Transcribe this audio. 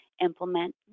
implement